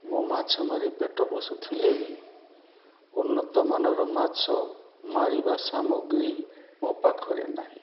ମୁଁ ମାଛ ମାରି ପେଟ ପୋଷୁଥିଲେ ବି ଉନ୍ନତମାନର ମାଛ ମାରିବା ସାମଗ୍ରୀ ମୋ' ପାଖରେ ନାହିଁ